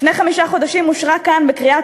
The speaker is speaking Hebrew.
לפני חמישה חודשים אושרה כאן בקריאה